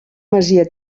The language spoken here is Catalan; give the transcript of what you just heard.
masia